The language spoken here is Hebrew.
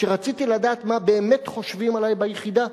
כשרציתי לדעת מה באמת חושבים עלי ביחידה,